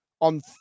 on